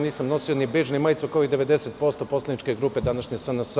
Nisam nosio ni bedž, ni majicu, kao i 90% poslaničke grupe današnje SNS.